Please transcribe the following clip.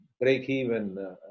break-even